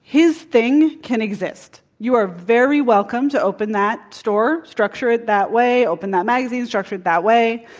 his thing can exist. you are very welcome to open that store, structure it that way, open that magazine, structure it that way.